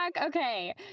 Okay